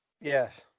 Yes